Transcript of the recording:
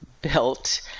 built